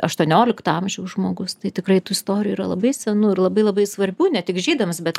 aštuoniolikto amžiaus žmogus tai tikrai tų istorijų yra labai senų ir labai labai svarbių ne tik žydams bet